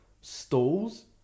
stalls